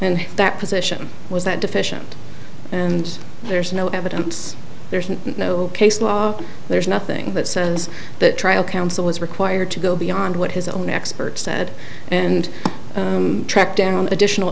in that position was that deficient and there's no evidence there's no case law there's nothing that says that trial counsel is required to go beyond what his own experts said and track down additional